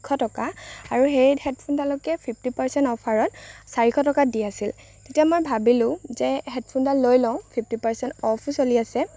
আঠশ টকা আৰু সেই হেডফোনডালকে ফিফটি পাৰ্চেন্ট অফাৰত চাৰিশ টকাত দি আছিল তেতিয়া মই ভাৱিলো যে হেডফোনডাল লৈ লওঁ ফিফটি পাৰ্চেন্ট অফো চলি আছে